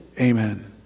Amen